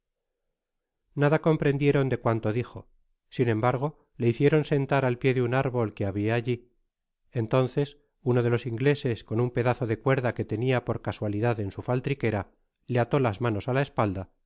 nada comprendieron de cuanto dijo sin embargo le hicieron sentar al pié de un árbol que habia alli entonces uno de los ingleses con un pedazo de cuerda que tenia por casualidad en su faltriquera le ató las manos á la espalda